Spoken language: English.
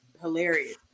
hilarious